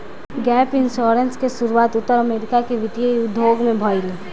gap insurance के शुरुआत उत्तर अमेरिका के वित्तीय उद्योग में भईल